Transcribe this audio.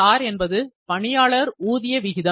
LR என்பது பணியாளர் ஊதிய விகிதம்